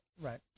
right